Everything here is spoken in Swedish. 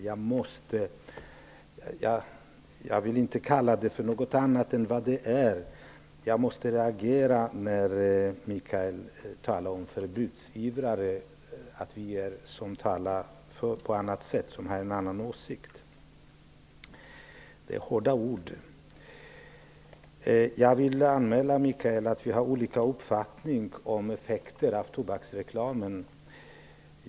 Jag vill inte kalla detta för något annat än vad det är: Jag måste reagera när Mikael Odenberg säger att vi som har en annan åsikt är förbudsivrare. Det är hårda ord. Vi har olika uppfattning om effekterna av tobaksreklamen, Mikael Odenberg.